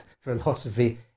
philosophy